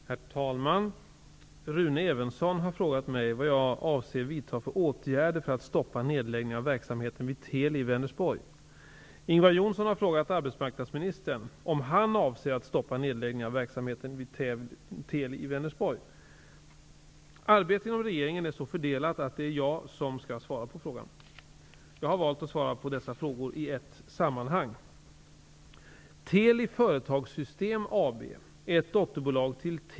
Herr talman! Rune Evensson har frågat mig vad jag avser vidtaga för åtgärder för att stoppa nedläggningen av verksamheten vid Teli i Vänersborg. Ingvar Johnsson har frågat arbetsmarknadsministern om han avser att stoppa nedläggningen av verksamheten vid Teli i Vänersborg. Arbetet inom regeringen är så fördelat att det är jag som skall svara på frågorna. Jag har valt att svara på dessa frågor i ett sammanhang.